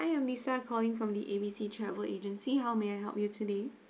hi I'm lisa calling from the A B C travel agency how may I help you today